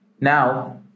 Now